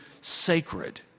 sacred